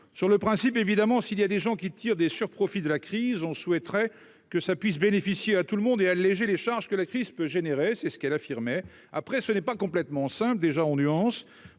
sur le principe, évidemment, s'il y a des gens qui tirent des surprofits de la crise, on souhaiterait que ça puisse bénéficier à tout le monde et alléger les charges que la crise peut générer, c'est ce qu'elle affirmait après ce n'est pas complètement déjà on nuance,